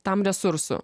tam resursų